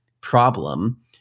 problem